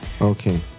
okay